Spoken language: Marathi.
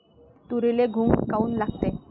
तुरीले घुंग काऊन लागते?